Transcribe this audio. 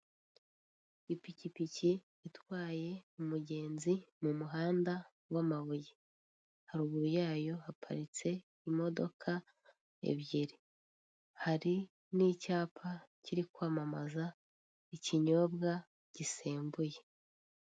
Ipikipiki itwaye umugenzi mu muhanda w'amabuye. Haruguru yayo haparitse imodoka ebyiri. Hari n'icyapa kiri kwamamaza ikinyobwa gisembuye.